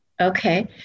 Okay